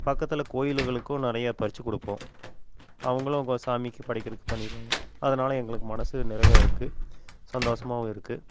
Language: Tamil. பக்கத்தில் கோவிலுகளுக்கும் நிறைய பறித்து கொடுப்போம் அவங்களும் அவங்க சாமிக்கு படைக்கிறதுக்கு பண்ணிடுவாங்க அதனால எங்களுக்கு மனது நிறைவாக இருக்குது சந்தோசமாகவும் இருக்குது